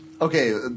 okay